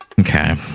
Okay